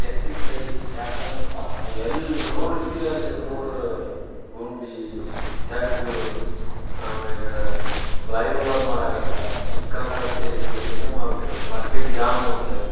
ಎತ್ತಿದ ಕೈ ಯಾಕಂದ್ರಪ್ಪ ಎಲ್ಲಿ ನೋಡ್ತಿ ಅಲ್ಲಿ ರೋಡ ಗುಂಡಿ ತಗ್ಗು ಆಮ್ಯಾಲ ಫ್ಲೈಓವರ್ ಮಾಡಕತ್ತಾರೆ ಸಿಕ್ಕಾಪಟ್ಟೆ ತಲೆ ನೋವಾಗ್ಬಿಟ್ಟಿದೆ ಟ್ರಾಫಿಕ್ ಜಾಮ್ ಒಂದು